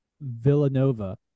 Villanova